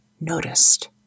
noticed